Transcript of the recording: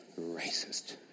Racist